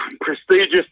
prestigious